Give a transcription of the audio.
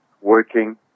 working